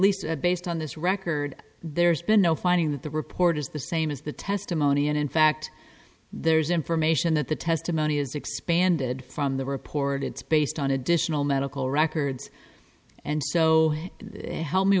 least based on this record there's been no finding that the report is the same as the testimony and in fact there's information that the testimony has expanded from the report it's based on additional medical records and so he